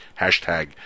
hashtag